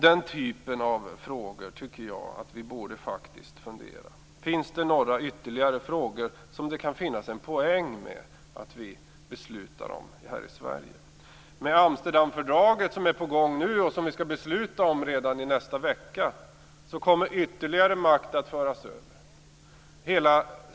Denna typ av frågor tycker jag faktiskt att vi borde fundera över: Finns det några ytterligare frågor där det kan finnas en poäng med att vi beslutar om dem här i Sverige? Med Amsterdamfördraget, som nu är på gång och som vi skall besluta om redan i nästa vecka, kommer ytterligare makt att föras över.